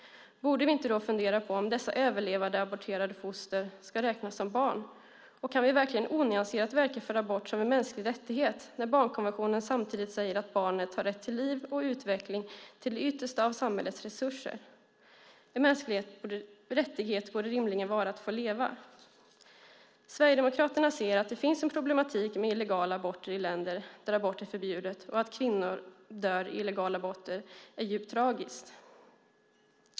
Borde vi inte fundera på om dessa överlevande, aborterade foster ska räknas som barn? Och kan vi verkligen onyanserat verka för abort som en mänsklig rättighet när barnkonventionen samtidigt säger att barnet har rätt till liv och utveckling till det yttersta av samhällets resurser? En mänsklig rättighet borde rimligen vara att få leva. Sverigedemokraterna ser att det finns en problematik med illegala aborter i länder där abort är förbjudet. Att kvinnor dör i illegala aborter är djupt tragiskt.